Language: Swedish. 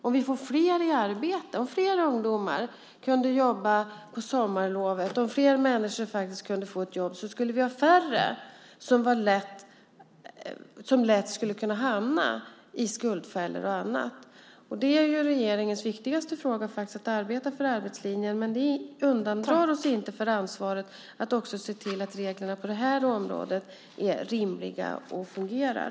Om fler ungdomar kunde jobba på sommarlovet och om fler människor kunde få ett jobb skulle vi ha färre som lätt kan hamna i skuldfällor och annat. Att arbeta för arbetslinjen är regeringens viktigaste fråga, men vi undandrar oss inte ansvaret att också se till att reglerna på detta område är rimliga och fungerar.